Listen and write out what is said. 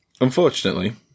Unfortunately